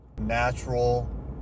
natural